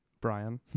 Brian